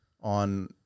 on